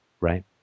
right